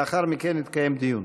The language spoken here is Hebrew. לאחר מכן יתקיים דיון.